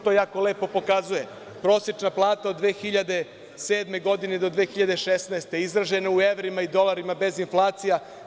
To jako lepo pokazuje, prosečna plata od 2007. godine do 2016. godine izražena u evrima i dolarima, bez inflacija.